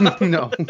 No